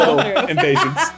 impatience